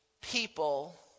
people